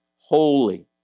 holy